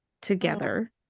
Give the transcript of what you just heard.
together